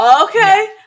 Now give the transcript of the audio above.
Okay